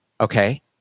Okay